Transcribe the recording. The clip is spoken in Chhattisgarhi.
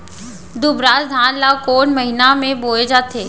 दुबराज धान ला कोन महीना में बोये जाथे?